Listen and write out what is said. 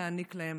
להעניק להם